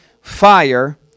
fire